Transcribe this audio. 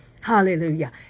Hallelujah